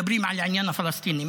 מדברים על העניין הפלסטיני.